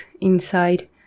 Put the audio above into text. inside